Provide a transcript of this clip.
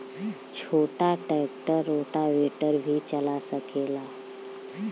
छोटा tractor rotavator भी चला सकेला?